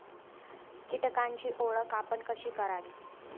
कीटकांची ओळख आपण कशी करावी?